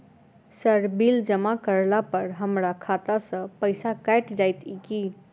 Sir bill जमा करला पर हमरा खाता सऽ पैसा कैट जाइत ई की?